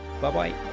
Bye-bye